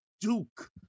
Duke